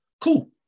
cool